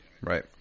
Right